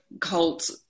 cult